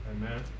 Amen